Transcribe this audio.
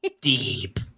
deep